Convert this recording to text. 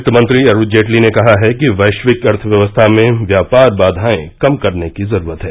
वित्त मंत्री अरूण जेटली ने कहा है कि वैश्विक अर्थव्यवस्था में व्यापार बाधाएं कम करने की जरूरत है